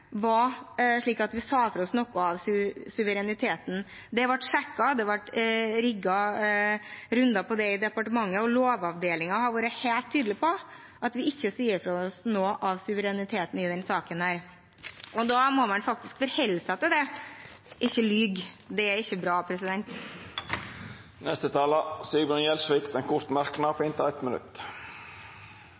var slik at vi sa fra oss noe av suvereniteten. Det ble sjekket, det ble rigget runder på det i departementet, og Lovavdelingen har vært helt tydelig på at vi ikke sier fra oss noe av suvereniteten i denne saken. Da må man faktisk forholde seg til det – ikke lyve. Det er ikke bra. Representanten Sigbjørn Gjelsvik har hatt ordet to gonger tidlegare og får ordet til ein kort merknad, avgrensa til 1 minutt.